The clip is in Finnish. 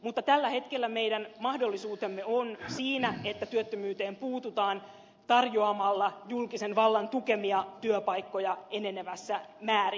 mutta tällä hetkellä meidän mahdollisuutemme on siinä että työttömyyteen puututaan tarjoamalla julkisen vallan tukemia työpaikkoja enenevässä määrin